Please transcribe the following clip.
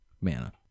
mana